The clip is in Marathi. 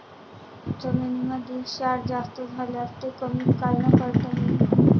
जमीनीमंदी क्षार जास्त झाल्यास ते कमी कायनं करता येईन?